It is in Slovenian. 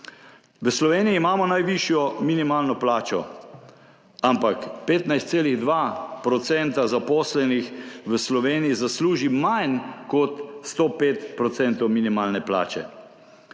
V Sloveniji imamo najvišjo minimalno plačo, ampak 15,2 % zaposlenih v Sloveniji zasluži manj kot 105 % minimalne plače.